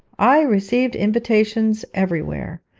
i received invitations everywhere,